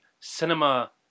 cinema